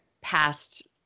past